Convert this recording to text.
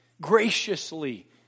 graciously